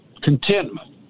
contentment